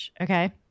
Okay